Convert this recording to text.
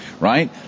right